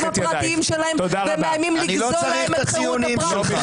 הפרטיים שלהם ומאיימים לגזול להם את חירות הפרט,